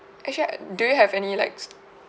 actually I do you have any like